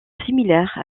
similaires